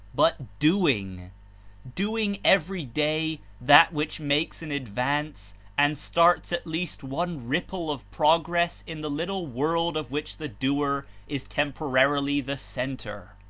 but doing doing every day that which makes an ad vance and starts at least one ripple of progress in the little world of which the doer is temporarily the center.